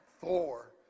Thor